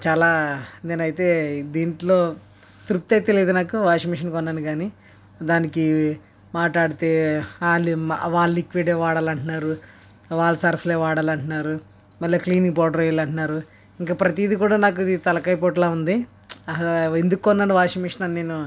చాలా నేనైతే దీంట్లో తృప్తి అయితే లేదు నాకు వాషింగ్ మెషిన్ కొన్నాను కానీ దానికి మాట్లాడితే వాళ్ళు వాళ్ళ లిక్విడే వాడాలి అంటున్నారు వాళ్ళ సర్ఫలే వాడాలి అంటున్నారు మళ్ళీ క్లీనింగ్ పౌడర్ వేయాలి అంటున్నారు ప్రతీది కూడా నాకు ఇది తలకాయ పోటులాగా ఉంది అసలఎందుకు కోన్నాను వాషింగ్ మెషిన్ అని నేను